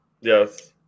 Yes